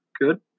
Good